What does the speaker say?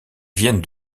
viennent